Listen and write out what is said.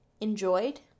enjoyed